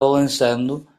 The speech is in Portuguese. balançando